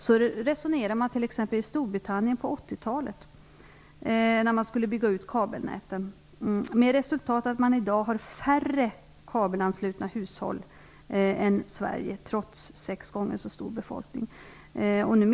Så resonerade man t.ex. i Storbritannien på 80-talet när man skulle bygga ut kabelnäten, med resultat att man i dag har färre kabelanslutna hushåll än Sverige, trots att befolkningen är sex gånger så stor.